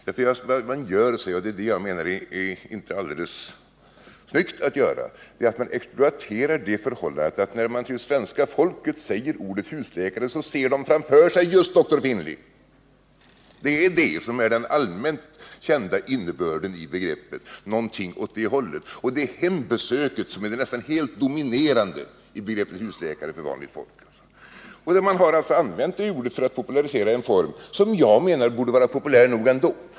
Det man gör och som jag menar inte är alldeles snyggt att göra är att man exploaterar det förhållandet att när man till svenska folket säger ordet husläkare ser man framför sig dr Finlay. Det är det som är den allmänt kända innebörden i begreppet, någonting åt det hållet, och det är hembesöket som är det nästan helt dominerande för vanligt folk i begreppet husläkare. Man har alltså använt det ordet för att popularisera en form som jag menar borde vara populär nog ändå.